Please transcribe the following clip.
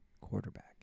quarterback